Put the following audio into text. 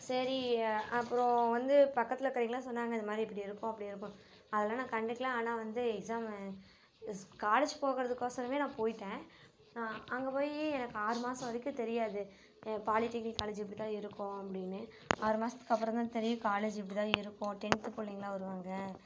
சரி அப்பறம் வந்து பக்கத்தில் இருக்கிறவங்களாம் சொன்னாங்கள் இது மாதிரி இப்படி இருக்கும் அப்படி இருக்கும்னு அதெல்லாம் நான் கண்டுக்கலை ஆனால் வந்து எக்ஸாமு ஸ் காலேஜ் போகிறதுக்கொசரமே நான் போய்ட்டேன் அங்கே போய் எனக்கு ஆறு மாதம் வரைக்கும் தெரியாது பாலிடெக்னிக் காலேஜு இப்படி தான் இருக்கும் அப்படின்னு ஆறு மாதத்துக்கு அப்புறம் தான் தெரியும் காலேஜு இப்படி தான் இருக்கும் டென்த்து பிள்ளைங்களாம் வருவாங்க